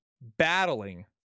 battling